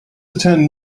attend